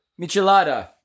Michelada